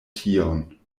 tion